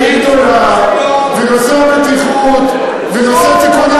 אין שום פיקוח ואין שום,